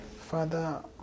Father